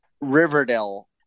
Riverdale